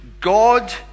god